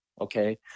okay